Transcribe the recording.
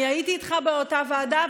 אני הייתי איתך באותה ועדה.